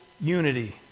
unity